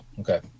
okay